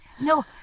no